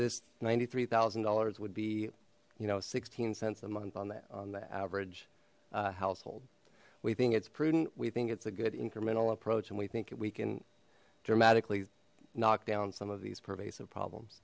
this ninety three thousand dollars would be you know sixteen cents a month on that on the average household we think it's prudent we think it's a good incremental approach and we think we can dramatically knock down some of these pervasive problems